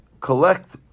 Collect